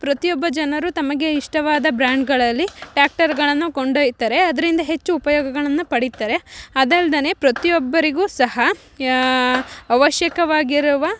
ಪ್ರತಿಯೊಬ್ಬ ಜನರು ತಮಗೆ ಇಷ್ಟವಾದ ಬ್ರ್ಯಾಂಡ್ಗಳಲ್ಲಿ ಟ್ಯಾಕ್ಟರ್ಗಳನ್ನು ಕೊಂಡೊಯ್ತಾರೆ ಅದರಿಂದ ಹೆಚ್ಚು ಉಪಯೋಗಗಳನ್ನು ಪಡೀತಾರೆ ಅದಲ್ದೆ ಪ್ರತಿಯೊಬ್ಬರಿಗೂ ಸಹ ಅವಶ್ಯಕವಾಗಿರುವ